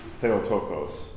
Theotokos